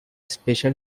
special